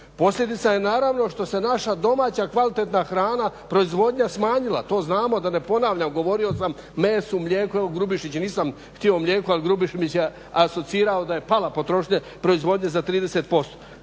Posljedica je naravno što se naša domaća kvalitetna hrana, proizvodnja smanjila, to znamo, da ne ponavljam. Govorio sam o mesu, mlijeku, evo Grubišić, nisam htio o mlijeku, ali Grubišić mi je asocirao da je pala potrošnja, proizvodnja za 30%.